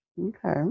Okay